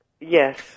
Yes